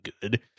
good